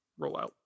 rollout